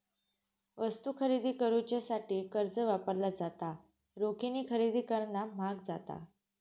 वस्तू खरेदी करुच्यासाठी कर्ज वापरला जाता, रोखीन खरेदी करणा म्हाग जाता